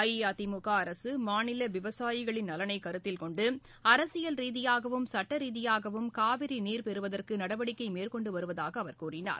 அதிமுக அரசு மாநில விவசாயிகளின் நலனை கருத்தில்கொண்டு அரசியல் ரீதியாகவும் சுட்ட ரீதியாகவும் காவிரி நீர் பெறுவதற்கு நடவடிக்கை மேற்கொண்டு வருவதாக அவர் கூறினார்